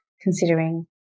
considering